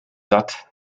satt